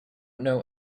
know